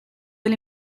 del